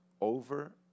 over